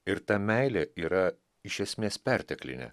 ir ta meilė yra iš esmės perteklinė